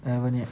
I haven't yet